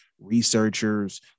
researchers